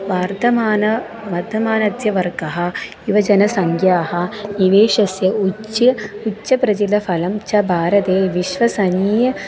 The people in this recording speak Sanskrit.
वर्तमानवर्धमानस्य वर्गः युवजनसङ्ख्याः इवेषस्य उच्चम् उच्चप्रचलफलं च भारते विश्वसनीय